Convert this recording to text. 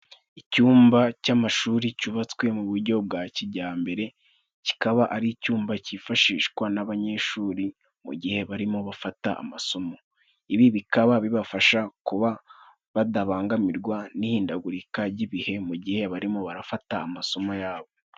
Icyumba cy'amashuri cyubatswe mu buryo bwa kijyambere, kikaba ari icyumba cyifashishwa n'abanyeshuri mu gihe barimo bafata amasomo. Ibi bikaba bibafasha kuba badabangamirwa n'ihindagurika ry'ibihe mu gihe barimo barafata amasomo yabo.